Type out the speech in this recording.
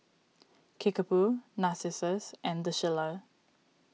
Kickapoo Narcissus and the Shilla